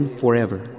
forever